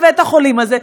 בבית-החולים הזה,